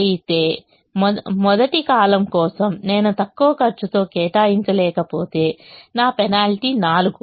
అయితే మొదటి కాలమ్ కోసం నేను తక్కువ ఖర్చుతో కేటాయించలేకపోతే నా పెనాల్టీ 4